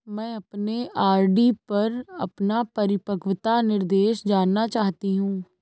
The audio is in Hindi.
मैं अपने आर.डी पर अपना परिपक्वता निर्देश जानना चाहती हूँ